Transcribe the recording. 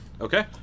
Okay